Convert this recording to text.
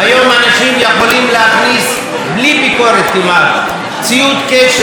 היום אנשים יכולים להכניס כמעט בלי ביקורת ציוד קשר,